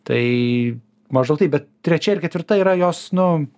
tai maždaug taip bet trečia ir ketvirta yra jos nu